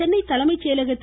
சென்னை தலைமை செயலகத்தில்